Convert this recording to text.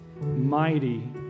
mighty